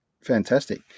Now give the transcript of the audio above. Fantastic